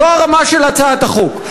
זו הרמה של הצעת החוק.